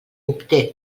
obté